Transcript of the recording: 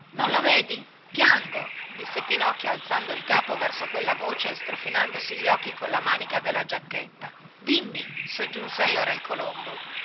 non lo vedi piango disse pinocchio alzando il capo verso quella voce e strofinandosi gli occhi colla manica della giacchetta dimmi soggiunse allora il colombo